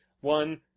one